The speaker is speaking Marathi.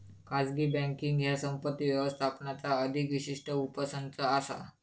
खाजगी बँकींग ह्या संपत्ती व्यवस्थापनाचा अधिक विशिष्ट उपसंच असा